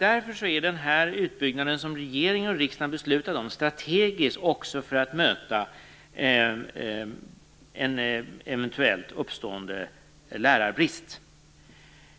Därför är den utbyggnad som regeringen och riksdagen beslutat om strategisk också för att möta en eventuellt uppstående lärarbrist.